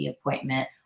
appointment